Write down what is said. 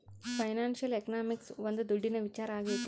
financial economics ಒಂದ್ ದುಡ್ಡಿನ ವಿಚಾರ ಆಗೈತೆ